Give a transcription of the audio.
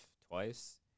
twice